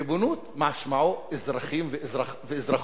ריבונות משמעה, אזרחים ואזרחות.